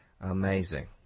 amazing